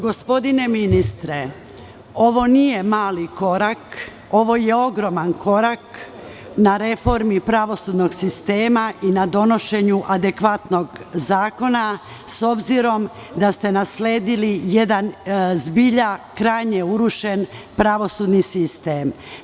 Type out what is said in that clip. Gospodine ministre, ovo nije mali korak, ovo je ogroman korak na reformi pravosudnog sistema i na donošenju adekvatnog zakona, s obzirom da ste nasledili jedan zbilja krajnje urušen pravosudni sistem.